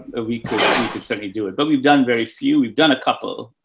ah, we could, we could certainly do it, but we've done very few. we've done a couple.